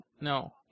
No